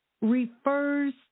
refers